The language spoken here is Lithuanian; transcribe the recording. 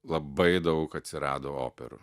labai daug atsirado operų